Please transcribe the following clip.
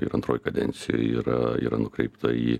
ir antroj kadencijoj yra yra nukreipta į